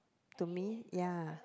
to me ya